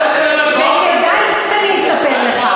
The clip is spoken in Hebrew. וכדאי שאני אספר לך,